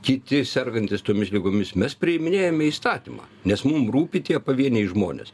kiti sergantys tomis ligomis mes priiminėjame įstatymą nes mum rūpi tie pavieniai žmonės